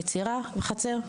יצירה וחצר,